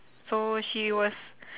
so she was